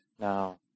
now